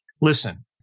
listen